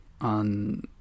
on